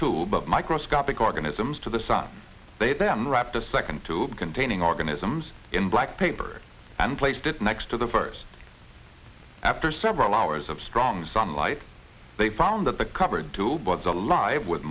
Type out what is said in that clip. tool but microscopic organisms to the sun they had them wrapped a second two containing organisms in black paper and placed it next to the first after several hours of strong sunlight they found that the covered two was alive with